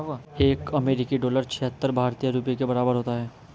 एक अमेरिकी डॉलर छिहत्तर भारतीय रुपये के बराबर होता है